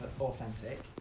authentic